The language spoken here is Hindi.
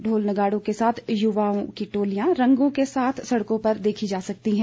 ढोल नगाड़ों के साथ युवाओं की टोलियां रंगों के साथ सड़कों पर देखी जा सकती हैं